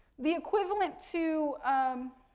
the equivalent to, um